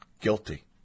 Guilty